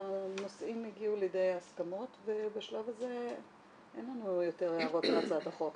הנושאים הגיעו לידי הסכמות ובשלב הזה אין לנו יותר הערות להצעת החוק.